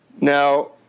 Now